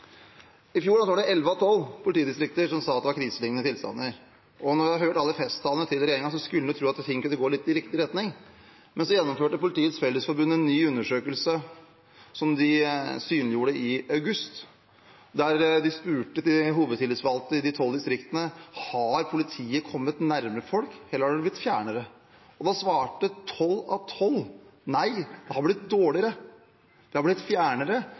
I fjor var det altså elleve av tolv politidistrikter som sa at det var kriselignende tilstander. Etter å ha hørt alle festtalene til regjeringen skulle en jo tro at ting kunne gå litt i riktig retning, men så gjennomførte Politiets Fellesforbund en ny undersøkelse, som ble offentliggjort i august, der de spurte hovedtillitsvalgte i de tolv distriktene om politiet hadde kommet nærmere folk, eller om de hadde blitt fjernere. Da svarte tolv av tolv at det var blitt dårligere – de hadde blitt fjernere,